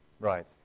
Right